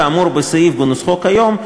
כאמור בסעיף בנוסחו כיום,